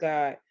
God